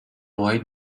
white